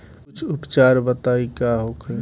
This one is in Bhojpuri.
कुछ उपचार बताई का होखे?